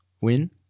win